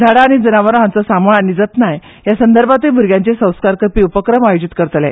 झाडां आनी जनावरां हांचो सांबाळ आनी जतनाय ह्या संदर्भांतूय भूरग्यांचेर संस्कार करपी उपक्रम आयोजीत करतले